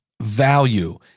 value